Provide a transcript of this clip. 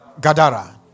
Gadara